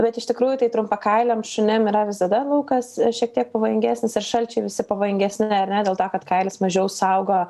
bet iš tikrųjų tai trumpakailiam šunim yra visada laukas šiek tiek pavojingesnis ir šalčiai visi pavojingesni ar ne dėl to kad kailis mažiau saugo